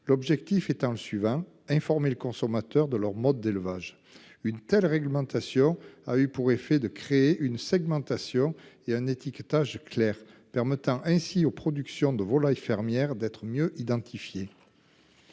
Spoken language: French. L'objectif étant le suivant, informer le consommateur, de leur mode d'élevage. Une telle réglementation a eu pour effet de créer une segmentation. Il y a un étiquetage clair permettant ainsi aux productions de volaille fermière d'être mieux identifier.